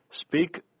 Speak